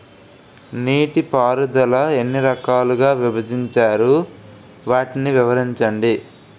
నీటిపారుదల ఎన్ని రకాలుగా విభజించారు? వాటి వివరించండి?